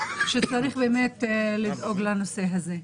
שצריך באמת לדאוג לנושא הזה.